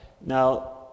Now